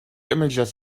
images